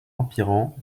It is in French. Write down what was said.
empirant